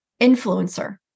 influencer